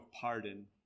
pardon